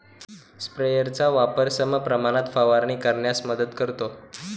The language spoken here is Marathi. स्प्रेयरचा वापर समप्रमाणात फवारणी करण्यास मदत करतो